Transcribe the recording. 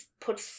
put